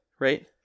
right